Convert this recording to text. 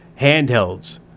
handhelds